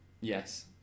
Yes